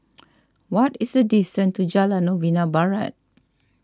what is the distance to Jalan Novena Barat